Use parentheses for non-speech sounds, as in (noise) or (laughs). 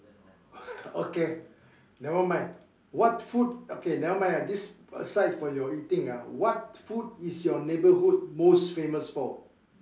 (laughs) okay never mind what food okay never mind lah aside from your eating ah what food is your neighbourhood most famous for